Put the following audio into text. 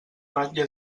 ratlla